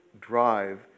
drive